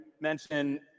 mention